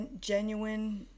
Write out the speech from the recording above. genuine